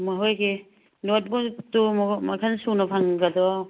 ꯃꯣꯈꯣꯏꯒꯤ ꯅꯣꯠꯕꯨꯛꯇꯨ ꯃꯈꯜ ꯁꯨꯅ ꯐꯪꯒꯗ꯭ꯔꯣ